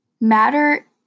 Matter